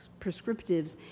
prescriptives